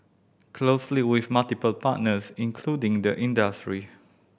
closely with multiple partners including the industry